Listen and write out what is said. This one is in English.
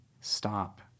stop